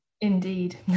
Indeed